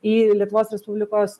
į lietuvos respublikos